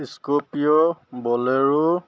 scorpio bolero